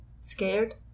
Scared